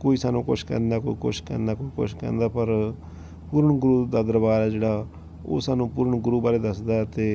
ਕੋਈ ਸਾਨੂੰ ਕੁਛ ਕਹਿੰਦਾ ਕੋਈ ਕੁਛ ਕਹਿੰਦਾ ਕੋਈ ਕੁਛ ਕਹਿੰਦਾ ਪਰ ਪੂਰਨ ਗੁਰੂ ਦਾ ਦਰਬਾਰ ਹੈ ਜਿਹੜਾ ਉਹ ਸਾਨੂੰ ਪੂਰਨ ਗੁਰੂ ਬਾਰੇ ਦੱਸਦਾ ਅਤੇ